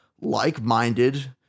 like-minded